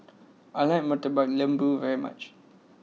I like Murtabak Lembu very much